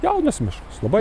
jaunas miškas labai